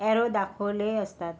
arrow दाखवले असतात